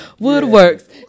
woodworks